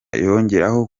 yongeraho